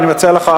אני מציע לך,